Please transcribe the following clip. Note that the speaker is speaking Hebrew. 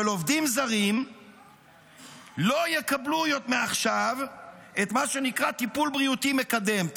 עובדים זרים לא יקבלו מעכשיו את מה שנקרא טיפול בריאותי מקדם,